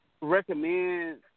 recommend